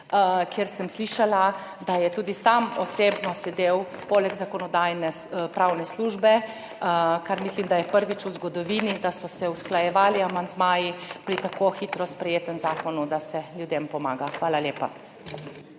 ker sem slišala, da je tudi osebno sedel poleg Zakonodajno-pravne službe, kar mislim, da je prvič v zgodovini, da so se usklajevali amandmaji pri tako hitro sprejetem zakonu, da se ljudem pomaga. Hvala lepa.